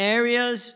areas